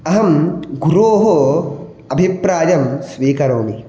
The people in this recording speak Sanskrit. अहं गुरोः अभिप्रायं स्वीकरोमि